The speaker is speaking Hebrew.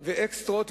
ואקסטרות,